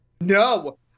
No